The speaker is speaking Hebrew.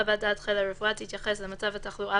חוות דעת חיל הרפואה תתייחס למצב התחלואה